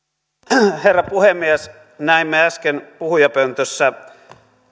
arvoisa herra puhemies näimme äsken puhujapöntössä